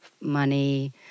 money